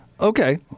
Okay